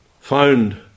found